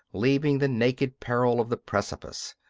leaving the naked peril of the precipice.